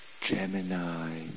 Gemini